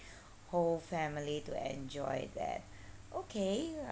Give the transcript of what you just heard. whole family to enjoy that okay